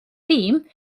theme